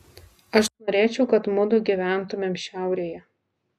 aš norėčiau kad mudu gyventumėm šiaurėje